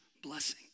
Blessing